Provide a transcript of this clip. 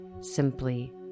Simply